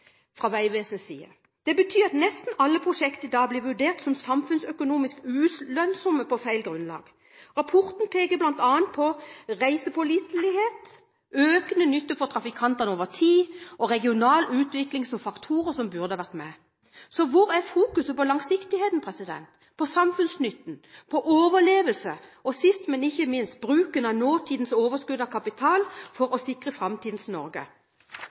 fra Vegvesenets side. Det betyr at nesten alle prosjektene da blir vurdert som samfunnsøkonomisk ulønnsomme, på feil grunnlag. Rapporten peker bl.a. på reisepålitelighet, økende nytte for trafikantene over tid og regional utvikling som faktorer som burde vært med. Så hvor er fokuseringen på langsiktigheten, på samfunnsnytten, på overlevelse og sist, men ikke minst, bruken av nåtidens overskudd av kapital for å sikre framtidens Norge?